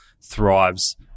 thrives